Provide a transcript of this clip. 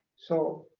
so